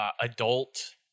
adult